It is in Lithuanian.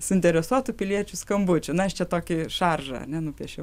suinteresuotų piliečių skambučių na aš čia tokį šaržą ane nupiešiau